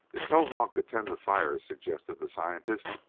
if towahg could tend the fire, suggested the scientist,